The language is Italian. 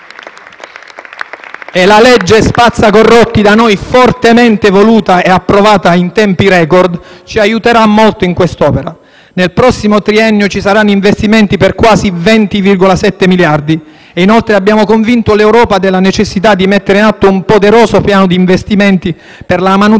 La legge spazza corrotti, da noi fortemente voluta e approvata in tempi record, ci aiuterà molto in quest'opera. Nel prossimo triennio ci saranno investimenti per quasi 20,7 miliardi; inoltre abbiamo convinto l'Europa della necessità di mettere in atto un poderoso piano d'investimenti per la manutenzione